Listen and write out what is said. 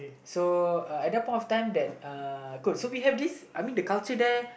so uh at the point of time that uh cool so we have this I mean the culture there